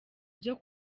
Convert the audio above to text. byo